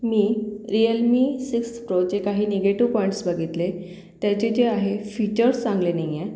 मी Realme six प्रोचे काही negative points बघितले त्याचे जे आहे फीचर्स चांगले नाही आहे